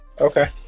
Okay